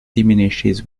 diminishes